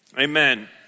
Amen